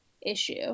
issue